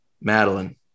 Madeline